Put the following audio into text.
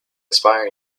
expire